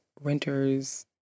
renters